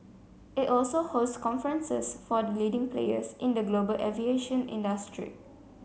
it also hosts conferences for leading players in the global aviation industry